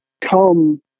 come